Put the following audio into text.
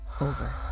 over